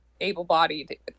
able-bodied